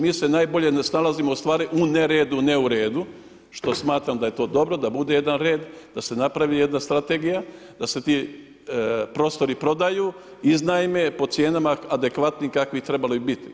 Mi se najbolje ne snalazimo u stvari u neredu, ne u redu što smatram da je to dobro, da bude jedan red, da se napravi jedna strategija, da se ti prostori prodaju, iznajme po cijenama adekvatni kakvi bi trebali i biti.